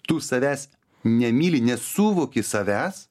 tu savęs nemyli nesuvoki savęs